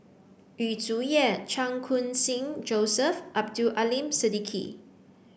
Yu Zhuye Chan Khun Sing Joseph and Abdul Aleem Siddique